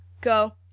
Go